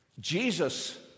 Jesus